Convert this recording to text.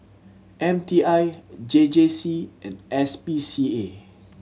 M T I J J C and S P C A